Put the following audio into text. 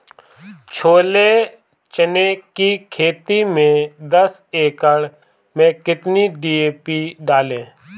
छोले चने की खेती में दस एकड़ में कितनी डी.पी डालें?